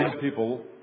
people